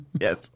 yes